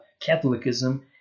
Catholicism